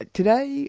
today